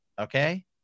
Okay